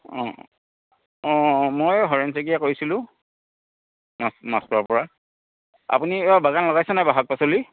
অ' অ' অ' মই হৰেণ শইকীয়াই কৈছিলোঁ মাছ মাছখোৱাৰ পৰা আপুনি এইবাৰ বাগান লগাইছেনে বাৰু শাক পাচলি